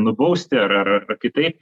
nubausti ar ar ar kitaip